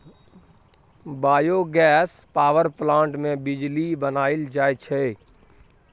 biogas power plant मे बिजली बनाएल जाई छै